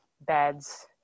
beds